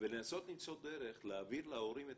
ולנסות למצוא דרך להעביר להורים את